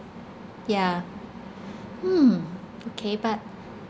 yeah hmm okay but